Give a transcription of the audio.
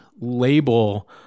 label